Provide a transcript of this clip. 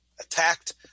attacked